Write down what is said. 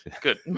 good